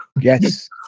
Yes